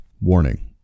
Warning